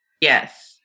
Yes